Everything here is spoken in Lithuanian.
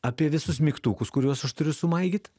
apie visus mygtukus kuriuos aš turiu sumaigyt